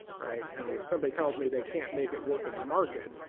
right? i mean if somebody tells me they can't make it work in the market,